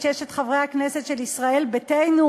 את ששת חברי הכנסת של ישראל ביתנו,